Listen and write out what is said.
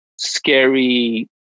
scary